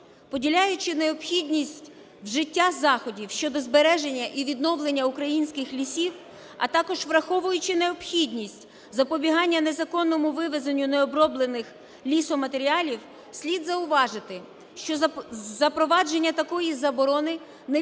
Поділяючи необхідність вжиття заходів щодо збереження і відновлення українських лісів, а також враховуючи необхідність запобігання незаконному вивезенню необроблених лісоматеріалів, слід зауважити, що запровадження такої заборони не